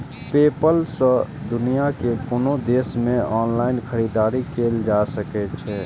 PayPal सं दुनिया के कोनो देश मे ऑनलाइन खरीदारी कैल जा सकै छै